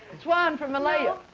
suan from malaya?